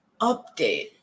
update